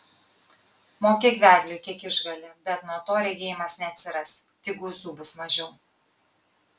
mokėk vedliui kiek išgali bet nuo to regėjimas neatsiras tik guzų bus mažiau